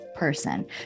person